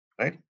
right